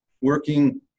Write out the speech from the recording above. working